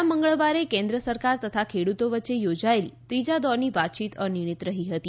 ગયા મંગળવારે કેન્દ્ર સરકાર તથા ખેડૂતો વચ્ચે યોજાયેલી ત્રીજા દોરની વાતયીત અનિર્ણિત રહી હતી